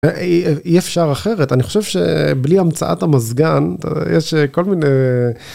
אי אפשר אחרת אני חושב שבלי המצאת המזגן יש כל מיני.